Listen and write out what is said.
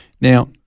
Now